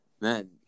Man